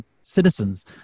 citizens